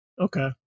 Okay